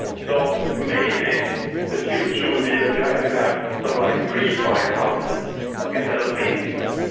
so maybe the future will be that you actually have sort of like pre-fired houses instead of painting them.